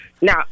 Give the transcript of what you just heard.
Now